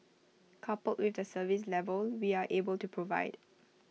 coupled with the service level we are able to provide